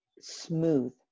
smooth